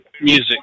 music